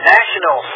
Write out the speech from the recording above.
National